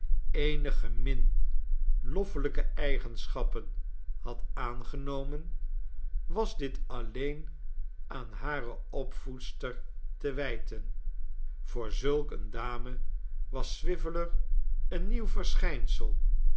eenige min loffelijke eigenschappen had aangenomen was dit alleen aan hare opvoedster te wijten voor zulk eene dame was swiveller een nieuw verschijnsel